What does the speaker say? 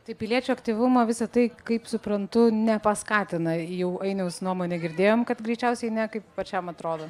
tai piliečių aktyvumo visa tai kaip suprantu nepaskatina jau ainiaus nuomonę girdėjom kad greičiausiai ne kaip pačiam atrodo